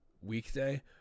weekday